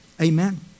Amen